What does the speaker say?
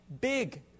big